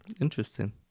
Interesting